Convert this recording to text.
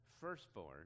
firstborn